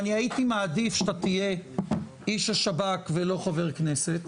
אני הייתי מעדיף שאתה תהיה איש השב"כ ולא חבר כנסת,